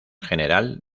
general